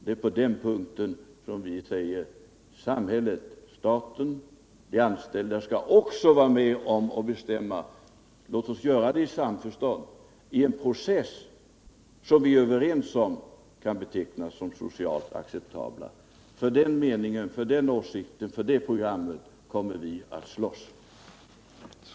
Det är på den punkten vi säger att samhället, staten, de anställda skall vara med och bestämma. Låt oss göra det i samförstånd, i en process som vi är överens om kan betecknas som socialt acceptabel. För den åsikten, för det programmet kommer vi att slåss.